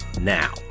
now